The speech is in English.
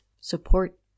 support